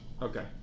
okay